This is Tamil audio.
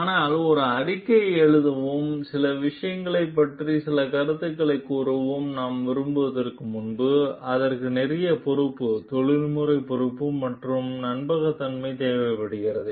ஆனால் ஒரு அறிக்கையை எழுதவும் சில விஷயங்களைப் பற்றி சில கருத்துக்களைக் கூறவும் நாம் விரும்புவதற்கு முன்பு அதற்கு நிறைய பொறுப்பு தொழில்முறை பொறுப்பு மற்றும் நம்பகத்தன்மை தேவைப்படுகிறது